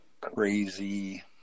crazy